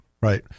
right